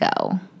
go